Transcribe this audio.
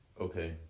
okay